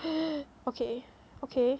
okay okay